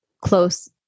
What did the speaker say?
close